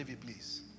please